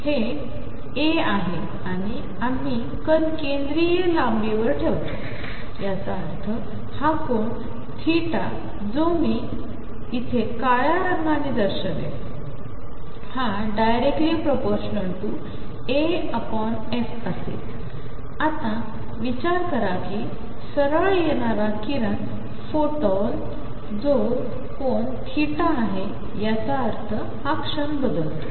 हे a आहेआणिआम्हीकणकेंद्रीयलांबीवरठेवतो याचाअर्थ हाकोनजोमीयेथेकाळ्यारंगानेदर्शवेलafआताविचारकराकीसरळयेणाराकिरणफोटॉनजोकोनआहे याचाअर्थ हाक्षणबदलतो